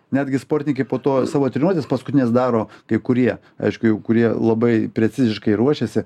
netgi sportininkai po to savo treniruotes paskutines daro kai kurie aišku jau kurie labai preciziškai ruošiasi